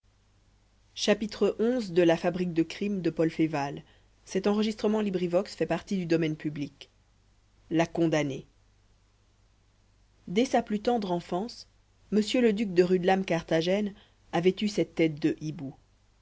la condamnée dès sa plus tendre enfance m le duc de rudelame carthagène avait eu cette tête de hibou